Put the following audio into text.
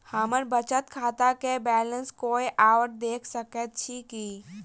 हम्मर बचत खाता केँ बैलेंस कोय आओर देख सकैत अछि की